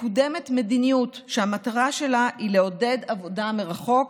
מקודמת מדיניות שהמטרה שלה היא לעודד עבודה מרחוק